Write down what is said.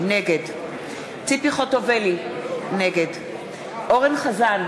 נגד ציפי חוטובלי, נגד אורן אסף